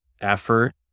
effort